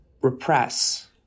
repress